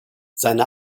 seine